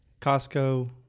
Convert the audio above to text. Costco